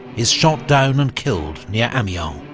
is shot down and killed near amiens.